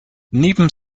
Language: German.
neben